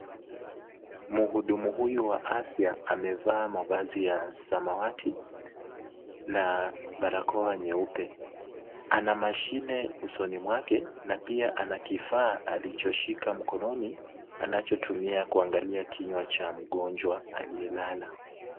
Mhudumu huyu wa afya amevaa mavazi ya samawati na barakoa nyeupe. Ana mashine usoni mwake na pia ana kifaa alichoshika mkononi, anachotumia kuangalia kinywa cha mgonjwa aliyelala.